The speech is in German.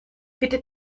bitte